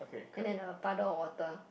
and then a puddle of water